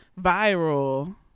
viral